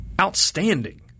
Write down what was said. outstanding